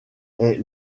est